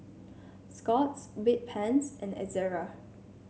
Scott's Bedpans and Ezerra